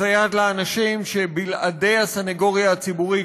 מסייעת לאנשים שבלעדי הסנגוריה הציבורית